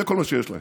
זה כל מה שיש להם.